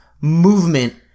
movement